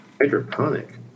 hydroponic